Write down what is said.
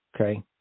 okay